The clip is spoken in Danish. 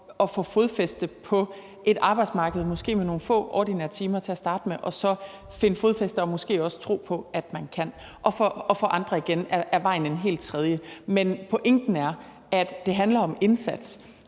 at få fodfæste på et arbejdsmarked, måske med nogle få ordinære timer til at starte med, og så altså finde fodfæste og måske også en tro på, at man kan. For andre igen er vejen en helt tredje, men pointen er, at det handler om indsats,